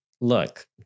look